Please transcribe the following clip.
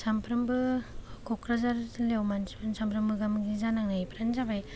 सानफ्रोमबो क'क्राझार जिल्लायाव मानसिफोरनि सानफ्रोमबो मोगा मोगि जानांनाय फ्रानो जाबाय